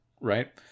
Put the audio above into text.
right